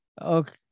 okay